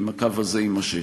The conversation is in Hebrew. אם הקו הזה יימשך.